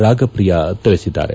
ರಾಗಪ್ರಿಯಾ ತಿಳಿಸಿದ್ದಾರೆ